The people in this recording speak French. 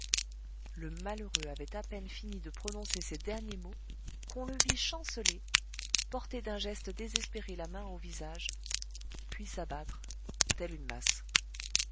le malheureux avait à peine fini de prononcer ces derniers mots qu'on le vit chanceler porter d'un geste désespéré la main au visage puis s'abattre telle une masse